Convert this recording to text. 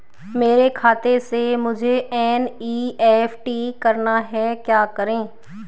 मेरे खाते से मुझे एन.ई.एफ.टी करना है क्या करें?